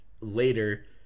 later